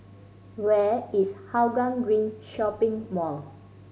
where is Hougang Green Shopping Mall